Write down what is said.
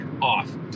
off